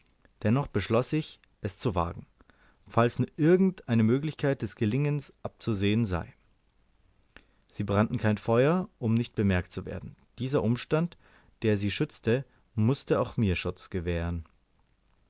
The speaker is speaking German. dennoch beschloß ich es zu wagen falls nur irgend eine möglichkeit des gelingens abzusehen sei sie brannten kein feuer um nicht bemerkt zu werden dieser umstand der sie schützte mußte auch mir schutz gewähren